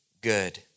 good